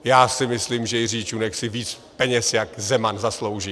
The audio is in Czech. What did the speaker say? Já si myslím, že Jiří Čunek si víc peněz jak Zeman zaslouží.